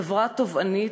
חברה תובענית